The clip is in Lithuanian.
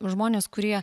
žmonės kurie